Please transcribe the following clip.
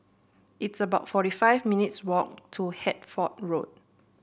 it's about forty five minutes' walk to Hertford Road